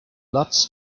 lots